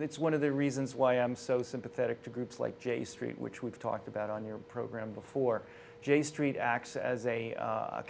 it's one of the reasons why i'm so sympathetic to groups like j street which we've talked about on your program before j street acts as a